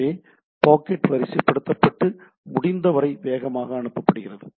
எனவே பாக்கெட் வரிசைப்படுத்தப்பட்டு முடிந்தவரை வேகமாக அனுப்பப்படுகிறது